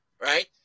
right